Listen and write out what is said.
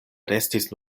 restis